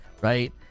right